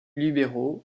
libéraux